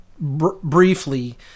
briefly